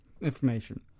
information